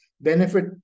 benefit